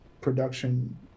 production